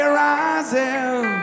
rising